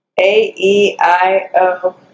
A-E-I-O